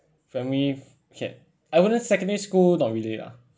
I wouldn't secondary school not really lah